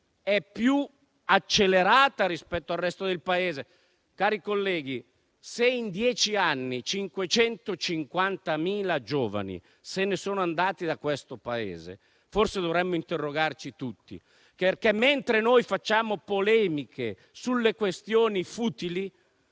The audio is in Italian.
è più accelerata rispetto al resto del Paese. Cari colleghi, se in dieci anni 550.000 giovani se ne sono andati da questo Paese, forse dovremmo interrogarci tutti. Mentre noi facciamo polemiche sulle questioni futili,